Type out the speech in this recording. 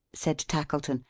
said tackleton.